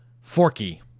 forky